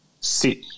sit